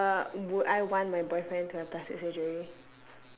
uh would I want my boyfriend to have plastic surgery